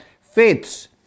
faiths